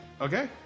Okay